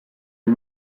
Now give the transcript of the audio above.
nel